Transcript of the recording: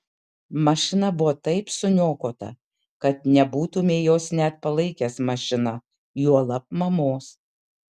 mašina buvo taip suniokota kad nebūtumei jos net palaikęs mašina juolab mamos